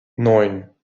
neun